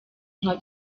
nka